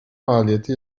maliyeti